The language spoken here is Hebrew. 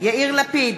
יאיר לפיד,